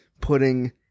putting